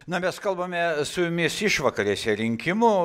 na mes kalbame su jumis išvakarėse rinkimų